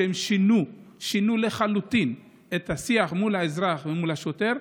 ששינו לחלוטין את השיח מול האזרח ומול השוטר,